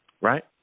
right